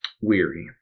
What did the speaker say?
weary